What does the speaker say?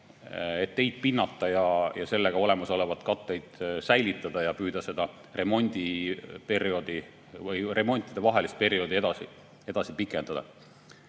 et teid pinnata ja sellega olemasolevaid katteid säilitada ja püüda remontidevahelist perioodi pikendada.